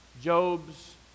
Job's